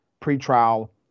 pre-trial